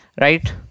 right